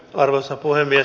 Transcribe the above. arvoisa puhemies